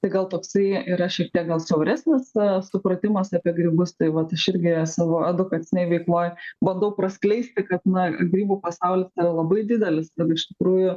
tai gal toksai yra šiek tiek gal siauresnis supratimas apie grybus tai vat aš irgi savo edukacinėj veikloj bandau praskleisti kad na grybų pasaulis yra labai didelis ten iš tikrųjų